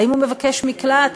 האם הוא מבקש מקלט?